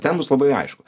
ten bus labai aišku